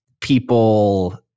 people